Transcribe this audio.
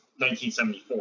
1974